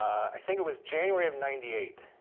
i think it was january of ninety eight,